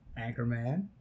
Anchorman